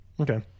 Okay